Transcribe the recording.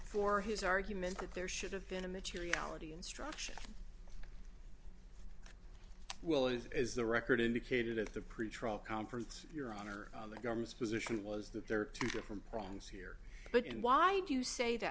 for his argument that there should have been a materiality instruction well as is the record indicated at the pretrial conference your honor the government's position was that there are two different prongs here but and why do you say that